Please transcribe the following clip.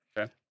Okay